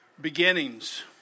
Beginnings